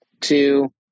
two